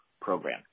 program